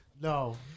No